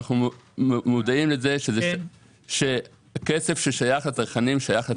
ואנחנו מודעים לזה שכסף ששייך לצרכנים שייך לצרכנים.